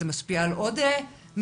אולי זה משפיע על עוד מקומות,